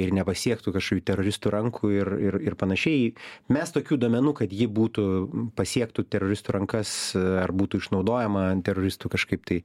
ir nepasiektų kažkokių teroristų rankų ir ir ir panašiai mes tokių duomenų kad ji būtų pasiektų teroristų rankas ar būtų išnaudojama teroristų kažkaip tai